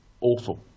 awful